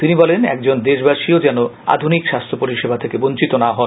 তিনি বলেন একজন দেশবাসীও যেন আধুনিক স্বাস্থ্য পরিষেবা থেকে বঞ্চিত না হন